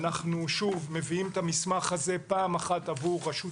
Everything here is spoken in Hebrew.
אנחנו מביאים את המסמך הזה פעם אחת עבור רשות